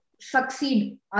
succeed